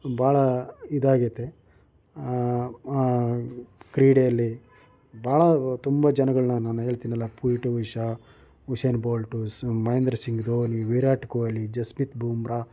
ಬಹಳ ಇದಾಗೈತೆ ಕ್ರೀಡೆಯಲ್ಲಿ ಬಹಳ ತುಂಬ ಜನಗಳನ್ನ ನಾನು ಹೇಳ್ತೀನಲ್ಲ P T Usha Usain Bolt Singh Mahendra Singh Dhoni Virat Kohli Jasprit Bumrah